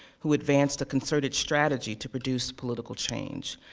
who advanced a concerted strategy to produce political change.